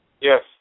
Yes